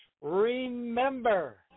Remember